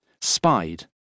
spied